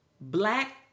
black